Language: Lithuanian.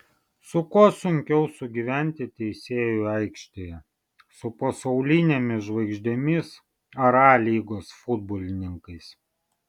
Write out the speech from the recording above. su kuo sunkiau sugyventi teisėjui aikštėje su pasaulinėmis žvaigždėmis ar a lygos futbolininkais